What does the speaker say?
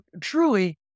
truly